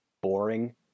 boring